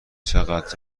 چقد